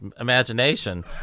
imagination